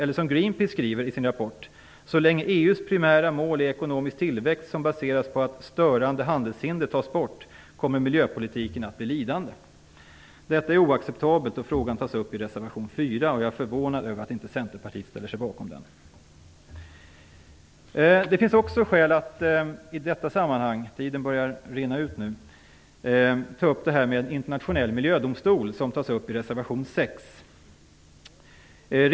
Eller, som Greenpeace skriver i sin rapport: "Så länge EU:s primära mål är ekonomisk tillväxt som baseras på att ́störande handelshinder ́ tas bort kommer miljöpolitiken att bli lidande." Detta är oacceptabelt. Frågan tas upp i reservation 4. Jag är förvånad över att Centerpartiet inte ställer sig bakom denna reservation. Det finns också skäl att ta upp frågan om en internationell miljödomstol, vilken tas upp i reservation 6.